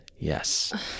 Yes